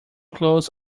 clothes